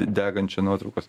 degančio nuotraukos